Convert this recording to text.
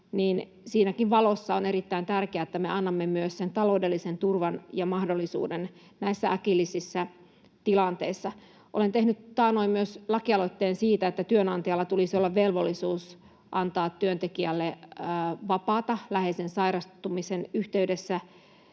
niin siinäkin valossa on erittäin tärkeää, että me annamme myös sen taloudellisen turvan ja mahdollisuuden näissä äkillisissä tilanteissa. Olen tehnyt taannoin myös lakialoitteen siitä, että työnantajalla tulisi olla velvollisuus antaa työntekijälle vapaata läheisen sairastumisen yhteydessä.